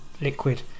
liquid